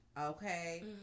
Okay